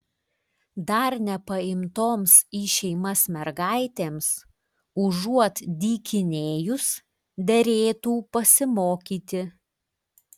dar nepaimtoms į šeimas mergaitėms užuot dykinėjus derėtų pasimokyti